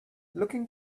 looking